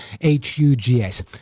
H-U-G-S